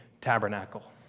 tabernacle